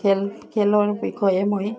খেল খেলৰ বিষয়ে মই